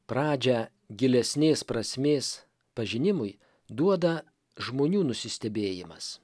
pradžią gilesnės prasmės pažinimui duoda žmonių nusistebėjimas